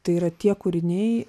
tai yra tie kūriniai